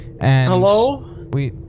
Hello